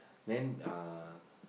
then uh